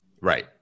right